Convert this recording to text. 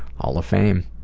hall of fame.